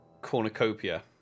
cornucopia